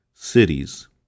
cities